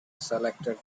selected